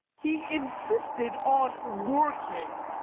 he insisted on working.